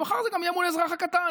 ומחר זה גם יהיה מול האזרח הקטן.